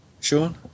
Sean